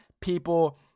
people